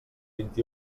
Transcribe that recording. vint